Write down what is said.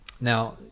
now